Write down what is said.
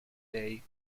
day